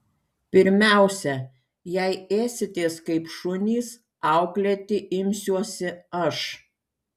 pirmiausia jei ėsitės kaip šunys auklėti imsiuosi aš